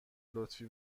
لطفی